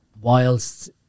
whilst